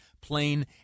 plain